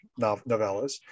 novellas